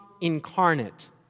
incarnate